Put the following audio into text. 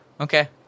okay